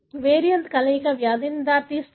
variant కలయిక వ్యాధికి దారితీస్తుంది